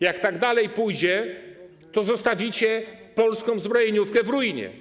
Jak tak dalej pójdzie, to zostawicie polską zbrojeniówkę w ruinie.